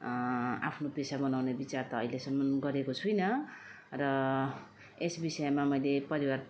आफ्नो पेसा बनाउने विचार त अहिलेसम्म गरेको छुइनँ र यस विषयमा मैले परिवार